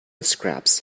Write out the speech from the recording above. scraps